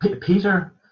Peter